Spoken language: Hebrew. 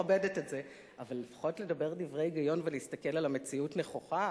אבל לפחות לדבר דברי היגיון ולהסתכל על המציאות נכוחה: